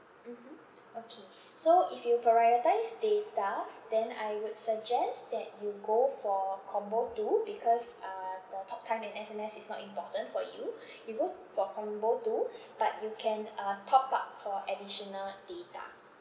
mmhmm okay so if you prioritise data then I would suggest that you go for combo two because uh the talktime and S_M_S is not important for you you can go for combo two but you can uh top up for additional data